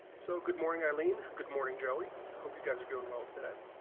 so good morning alina good morning jelly hope you guys doing well today